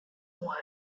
one